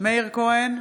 מאיר כהן,